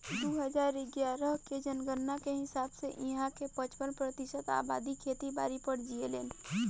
दू हजार इग्यारह के जनगणना के हिसाब से इहां के पचपन प्रतिशत अबादी खेती बारी पर जीऐलेन